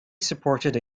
supported